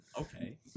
Okay